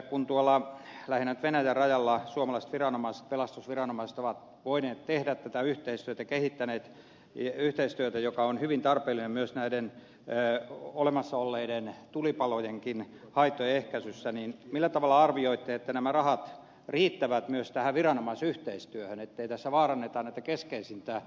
kun lähinnä nyt venäjän rajalla suomalaiset pelastusviranomaiset ovat voineet tehdä tätä yhteistyötä kehittäneet yhteistyötä joka on hyvin tarpeellinen myös näiden olleiden tulipalojenkin haittojen ehkäisyssä niin millä tavalla arvioitte että nämä rahat riittävät myös tähän viranomaisyhteistyöhön ettei tässä vaaranneta tätä keskeisintä yhteistyömuotoa